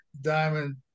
diamond